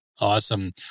Awesome